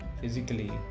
physically